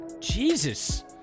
Jesus